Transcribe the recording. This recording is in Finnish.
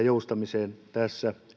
joustamiseen tässä